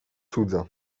cudza